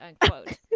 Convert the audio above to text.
Unquote